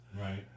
Right